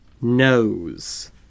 Nose